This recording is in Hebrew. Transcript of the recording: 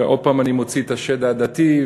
ששוב אני מוציא את השד העדתי,